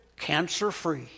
cancer-free